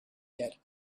get